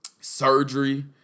surgery